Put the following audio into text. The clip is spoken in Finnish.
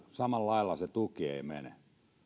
samalla lailla se tuki ei mene